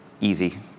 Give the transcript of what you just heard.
easy